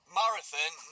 marathon